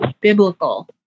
biblical